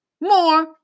more